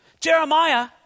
Jeremiah